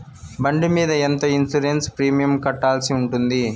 బండి మీద ఎంత ఇన్సూరెన్సు ప్రీమియం కట్టాల్సి ఉంటుంది?